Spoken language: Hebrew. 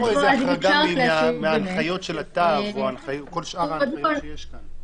אין פה איזו החרגה מההנחיות של התו או כל שאר ההנחיות שיש כאן.